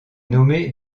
nommé